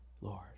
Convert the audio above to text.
Lord